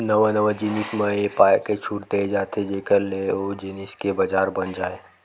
नवा नवा जिनिस म ए पाय के छूट देय जाथे जेखर ले ओ जिनिस के बजार बन जाय